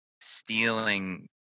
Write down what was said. stealing